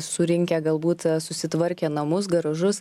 surinkę galbūt susitvarkę namus garažus